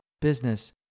business